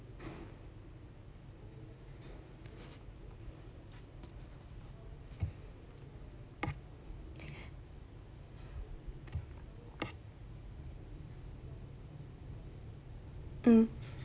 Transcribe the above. mm